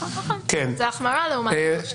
זה החמרה לעומת מה שהיה.